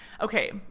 Okay